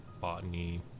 Botany